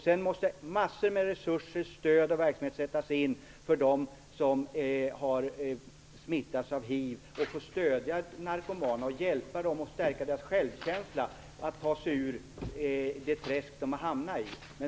Sedan måste massor av resurser och stöd sättas in för dem som har smittats av hiv. Man skall stödja narkomaner, hjälpa dem och stärka deras självkänsla så att de kan ta sig ur det träsk som de har hamnat i.